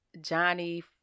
Johnny